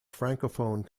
francophone